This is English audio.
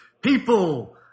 people